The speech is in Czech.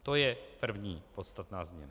To je první podstatná změna.